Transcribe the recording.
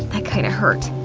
that kind of hurt!